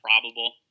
probable